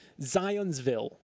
Zionsville